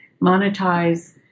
monetize